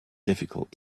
difficult